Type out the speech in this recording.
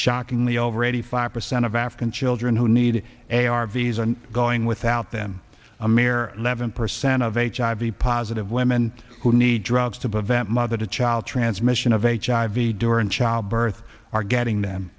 shockingly over eighty five percent of african children who need a r v's are going without them a mere eleven percent of h i v positive women who need drugs to prevent mother to child transmission of h i v during childbirth are getting them